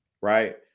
right